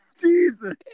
Jesus